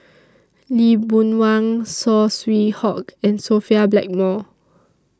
Lee Boon Wang Saw Swee Hock and Sophia Blackmore